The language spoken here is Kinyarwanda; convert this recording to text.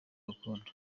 rukundo